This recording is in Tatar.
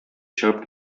чыгып